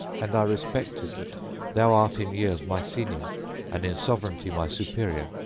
and i resected that thou art in years my senior and in sovereignty my superior,